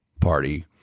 Party